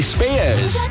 Spears